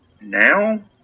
now